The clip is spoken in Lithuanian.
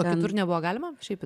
o kitur nebuvo galima šiaip